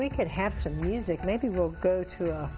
we can have some music maybe we'll go to